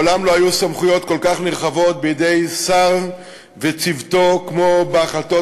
מעולם לא היו סמכויות כל כך נרחבות בידי שר וצוותו כמו בהחלטות